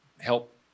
help